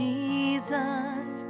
Jesus